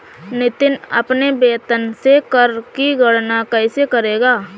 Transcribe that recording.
नितिन अपने वेतन से कर की गणना कैसे करेगा?